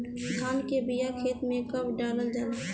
धान के बिया खेत में कब डालल जाला?